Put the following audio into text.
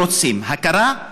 ורוצים הכרה,